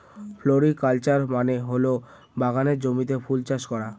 floriculture মানে হল বাগানের জমিতে ফুল চাষ করা